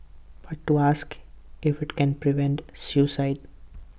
but to ask if IT can prevent suicide